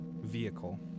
vehicle